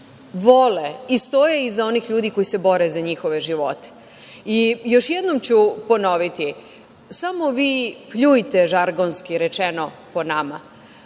vole i stoje iza onih ljudi koji se bore za njihove živote. Još jednom ću ponoviti, samo vi pljujte, žargonski rečeno, po nama,